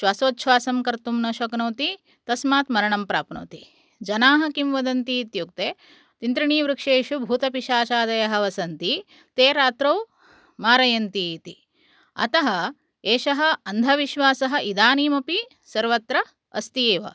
श्वासोच्छ्वासं कर्तुं न शक्नोति तस्मात् मरणं प्राप्नोति जनाः किं वदन्ति इत्युक्ते तिन्त्रिणीवृक्षेषु भूतपिशाचादयः वसन्ति ते रात्रौ मारयन्ति इति अतः एषः अन्धविश्वासः इदानीमपि सर्वत्र अस्ति एव